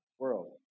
world